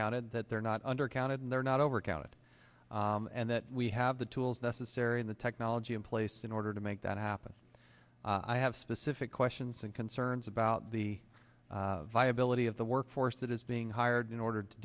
counted that they're not under counted and they're not over counted and that we have the tools necessary in the technology in place in order to make that happen i have specific questions and concerns about the viability of the work force that is being hired in order to